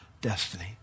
destiny